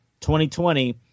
2020